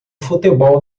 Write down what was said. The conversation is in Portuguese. futebol